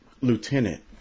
lieutenant